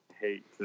hate